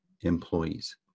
employees